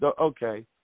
Okay